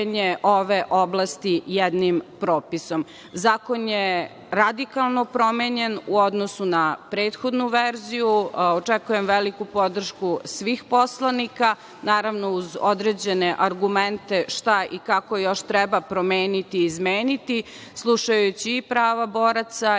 ove oblasti jednim propisom. Zakon je radikalno promenjen u odnosnu na prethodnu verziju. Očekujem veliku podršku svih poslanika, naravno, uz određene argumente šta i kako još treba promeniti i izmeniti, slušajući i prava boraca i